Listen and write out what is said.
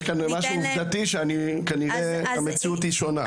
יש כאן משהו עובדתי שכנראה המציאות היא שונה.